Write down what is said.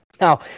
Now